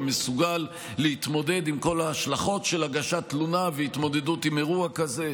ומסוגל להתמודד עם כל ההשלכות של הגשת תלונה והתמודדות עם אירוע כזה.